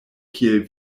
kiel